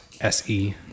SE